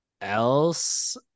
else